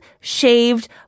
shaved